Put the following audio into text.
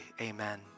amen